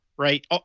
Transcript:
Right